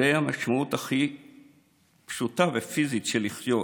זו המשמעות הכי פשוטה ופיזית של לחיות,